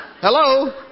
Hello